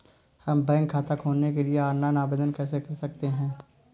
हम बैंक खाता खोलने के लिए ऑनलाइन आवेदन कैसे कर सकते हैं?